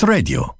Radio